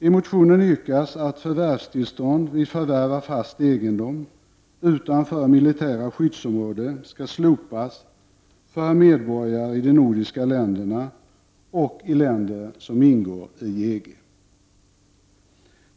I motionen yrkas att förvärvstillstånd vid förvärv av fast egendom utanför militära skyddsområden skall slopas för medborgare i de nordiska länderna och i länder som ingår i EG.